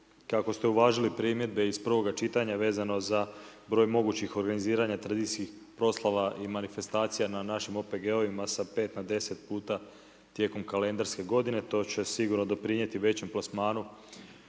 kako ste uvažili primjedbe iz prvoga čitanja vezano za broj mogućih organiziranih tradicijskih proslava i manifestacija na našim OPG-ovima sa 5 na 10 puta tijekom kalendarske g. to će sigurno doprinijeti većem plasmanu